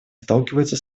сталкивается